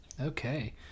okay